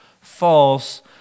false